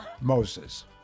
Moses